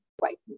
white